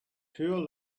pure